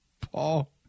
Paul